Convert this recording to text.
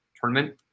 tournament